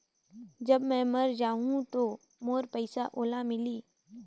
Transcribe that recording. जब मै मर जाहूं तो मोर पइसा ओला मिली?